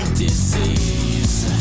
disease